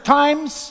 times